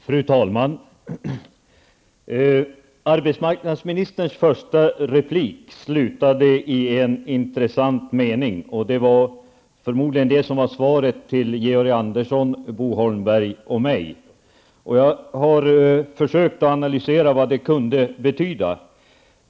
Fru talman! Arbetsmarknadsministerns inlägg slutade med en intressant mening. Och det var förmodligen det som var svaret till Georg Andersson, Bo Holmberg och mig. Jag har försökt att analysera vad det kan betyda.